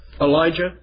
Elijah